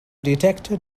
detected